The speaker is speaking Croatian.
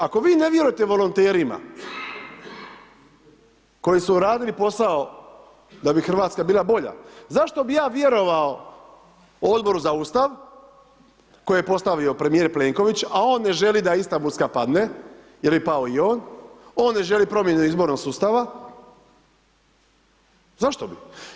Ako vi ne vjerujete volonterima, koji su radili posao, da bi Hrvatska bila bolja, zašto bi ja vjerovao Odboru za Ustav koji je postavio premjer Plenković, a on ne želi da Istanbulska padne, jer je pao i on, on ne želi promjenu izbornog sustava, zašto bi.